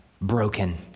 broken